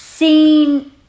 seen